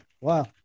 wow